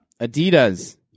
Adidas